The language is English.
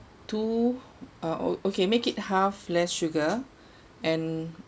two uh oh okay make it half less sugar and